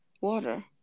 water